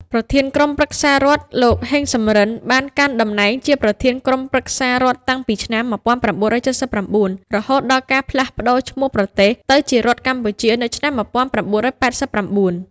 ប្រធានក្រុមប្រឹក្សារដ្ឋ លោក ហេង សំរិន បានកាន់តំណែងជាប្រធានក្រុមប្រឹក្សារដ្ឋតាំងពីឆ្នាំ ១៩៧៩ រហូតដល់ការផ្លាស់ប្ដូរឈ្មោះប្រទេសទៅជារដ្ឋកម្ពុជានៅឆ្នាំ ១៩៨៩ ។